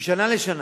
משנה לשנה